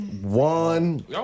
One